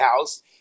house